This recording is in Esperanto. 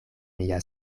mia